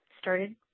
started